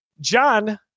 john